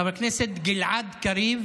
חבר הכנסת גלעד קריב